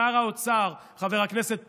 שר האוצר, חבר הכנסת פרוש,